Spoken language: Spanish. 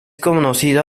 conocido